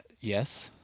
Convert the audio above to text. Yes